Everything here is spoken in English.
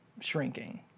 shrinking